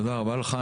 תודה רבה לך.